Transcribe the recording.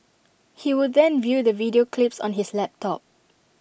he would then view the video clips on his laptop